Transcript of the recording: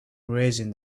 raising